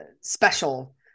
special